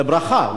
לברכה.